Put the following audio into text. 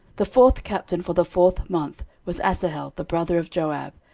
the fourth captain for the fourth month was asahel the brother of joab,